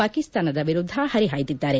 ಪಾಕಿಸ್ತಾನದ ವಿರುದ್ದ ಪರಿಹಾಯ್ದಿದ್ದಾರೆ